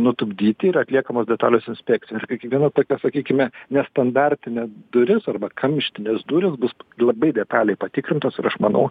nutupdyti ir atliekamos detalios inspekcijos prie kiekvieno tokio sakykime nestandartines duris arba kamštinės durys bus labai detaliai patikrintos ir aš manau